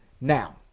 Now